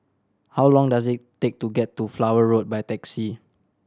how long does it take to get to Flower Road by taxi